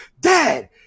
Dad